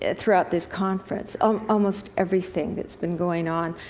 ah throughout this conference, um almost everything that's been going on.